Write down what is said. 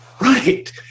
Right